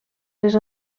les